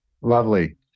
Lovely